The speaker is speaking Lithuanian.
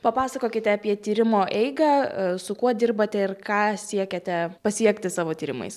papasakokite apie tyrimo eigą su kuo dirbate ir ką siekiate pasiekti savo tyrimais